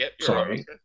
Sorry